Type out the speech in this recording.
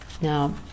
now